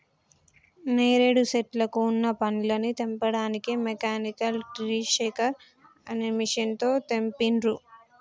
నేరేడు శెట్లకు వున్న పండ్లని తెంపడానికి మెకానికల్ ట్రీ షేకర్ అనే మెషిన్ తో తెంపిండ్రు